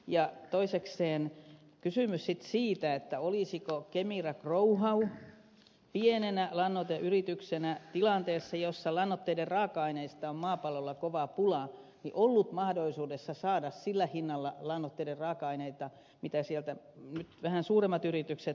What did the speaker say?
ja toisekseen sitten on kysymys siitä olisiko kemira growhow pienenä lannoiteyrityksenä tilanteessa jossa lannoitteiden raaka aineista on maapallolla kova pula ollut mahdollisuudessa saada sillä hinnalla lannoitteiden raaka aineita jolla sieltä nyt vähän suuremmat yritykset saavat